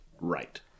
Right